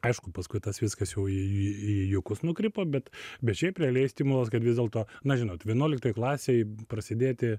aišku paskui tas viskas jau į juokus nukrypo bet bet šiaip realiai stimulas kad vis dėlto na žinot vienuoliktoj klasėj prasidėti